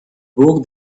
book